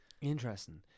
interesting